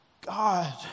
God